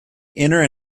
inner